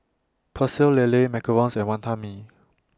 Pecel Lele Macarons and Wantan Mee